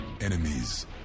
enemies